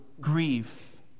grief